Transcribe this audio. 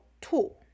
tool